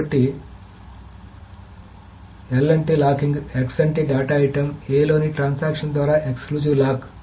కాబట్టి l అంటే locking x అంటే డేటా ఐటెమ్ a లోని ట్రాన్సాక్షన్ ద్వారా ఎక్సక్లూజివ్ లాక్